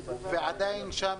ויש שם